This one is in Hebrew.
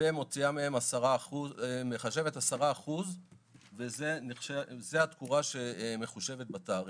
10% וזה התקורה שמחושבת בתעריף.